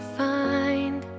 find